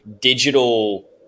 digital